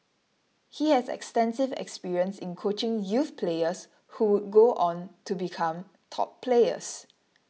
he has extensive experience in coaching youth players who would go on to become top players